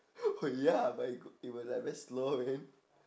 oh ya but it g~ it would like very slow leh